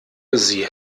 sie